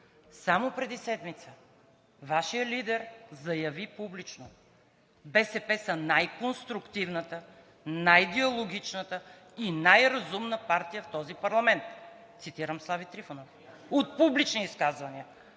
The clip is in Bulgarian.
Само преди седмица Вашият лидер заяви публично: БСП са най-конструктивната, най-диалогичната и най-разумната партия в този парламент. Цитирам Слави Трифонов от публични изказвания.